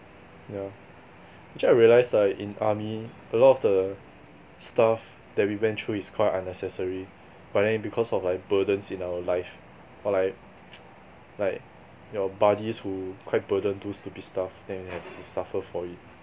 yeah actually I realised ah in army a lot of the stuff that we went through is quite unnecessary but then because of like burdens in our life or like like your buddies who quite burdened do stupid stuff then you have to suffer for it